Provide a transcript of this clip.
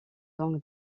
donc